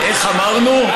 איך אמרנו,